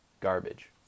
garbage